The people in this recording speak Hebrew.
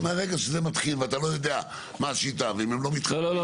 מהרגע שזה מתחיל ואתה לא יודע מה השיטה והן לא מתחברות לשיטה.